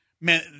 man